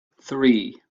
three